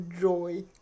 joy